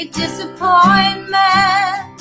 disappointment